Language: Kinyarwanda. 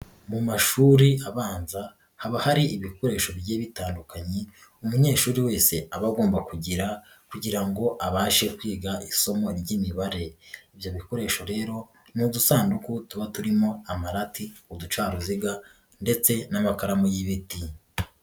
Mu mashuri abanza, haba hari ibikoresho bigiye bitandukanye, umunyeshuri wese aba agomba kugira kugira ngo abashe kwiga isomo ry'imibare, ibyo bikoresho rero, ni udusanduku tuba turimo amarati, uducaruziga ndetse n'amakaramu y'ibiti.